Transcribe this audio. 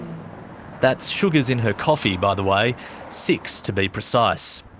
that's sugars in her coffee, by the way six to be precise.